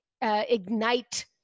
ignite